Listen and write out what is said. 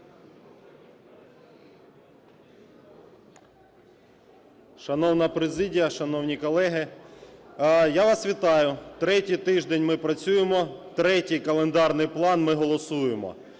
Шановна президія! Шановні колеги! Я вас вітаю, третій тиждень ми працюємо, третій календарний план ми голосуємо.